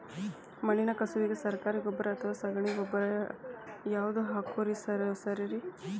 ಮಣ್ಣಿನ ಕಸುವಿಗೆ ಸರಕಾರಿ ಗೊಬ್ಬರ ಅಥವಾ ಸಗಣಿ ಗೊಬ್ಬರ ಯಾವ್ದು ಹಾಕೋದು ಸರೇರಿ?